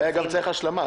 אולי צריך גם השלמה.